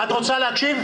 את רוצה להקשיב?